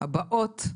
הבאות.